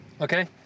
Okay